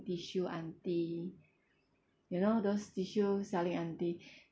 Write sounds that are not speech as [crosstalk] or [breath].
tissue auntie you know those tissue selling auntie [breath]